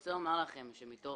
רוצה לומר לכם שבתור